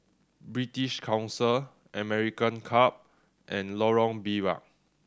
British Council American Club and Lorong Biawak